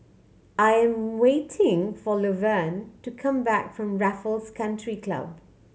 I 'm waiting for Luverne to come back from Raffles Country Club